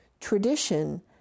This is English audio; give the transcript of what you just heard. tradition